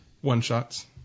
One-shots